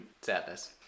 sadness